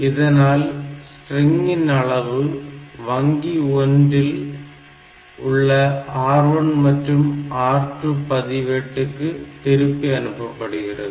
இதனால் ஸ்ட்ரிங்கின் அளவு வங்கி 1 இல் உள்ள R1 மற்றும் R2 பதிவேட்டுக்கு திருப்பி அனுப்பப்படுகிறது